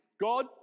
God